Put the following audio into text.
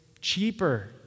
cheaper